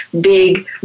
big